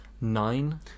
nine